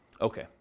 Okay